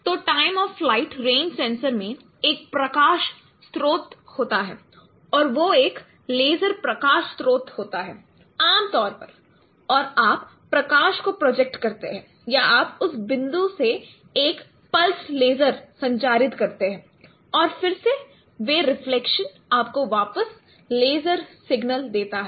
तो time of flight range sensor में एक प्रकाश स्रोत होता है और वो एक लेज़र प्रकाश स्रोत होता है आमतौर पर और आप प्रकाश को प्रोजेक्ट करते हैं या आप उस बिंदु से एक पलस्ड लेज़र संचारित करते हैं और फिर से वह रिफ्लेक्शन आपको वापस लेज़र सिग्नल देता है